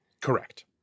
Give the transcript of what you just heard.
Correct